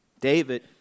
David